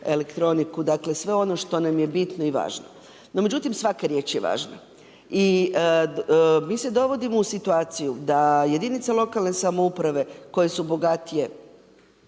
elektroniku, dakle sve ono što nam je bitno i važno. No međutim, svaka riječ je važna i mi se dovodimo u situaciju da jedinice lokalne samouprave koje su bogatije